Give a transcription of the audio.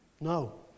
No